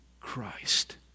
Christ